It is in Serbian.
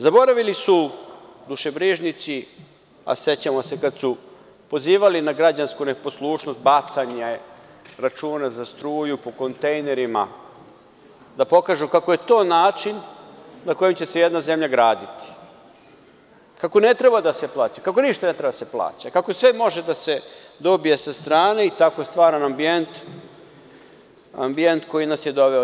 Zaboravili su dušebrižnici, a sećamo se kada su pozivali na građansku neposlušnost, bacanje računa za struju po kontejnerima, da pokažu kako je to način na koji će se jedna zemlja graditi, kako ne treba da se plaća, kako ništa ne treba da se plaća, kako sve može da se dobije sa strane i tako je stvoren ambijent koji nas je dovde.